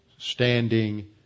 Standing